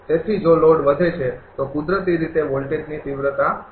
તેથી જો લોડ વધે છે તો કુદરતી રીતે વોલ્ટેજની તીવ્રતા ઓછી થશે